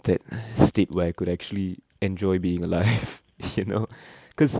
that state where I could actually enjoy being alive you know cause